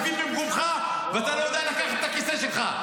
יושבים במקומך ואתה לא יודע לקחת את הכיסא שלך.